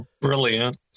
brilliant